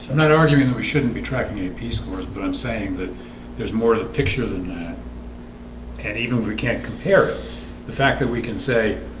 not arguing that we shouldn't be tracking yeah ap scores, but i'm saying that there's more the picture than that and even we can't compare it the fact that we can say